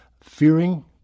fearing